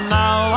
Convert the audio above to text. now